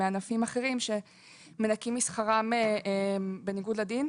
מענפים אחרים שמנכים משכרם בניגוד לדין.